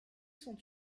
sont